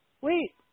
Wait